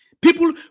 people